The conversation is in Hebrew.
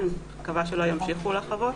אני מקווה שלא ימשיכו לחוות.